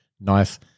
nice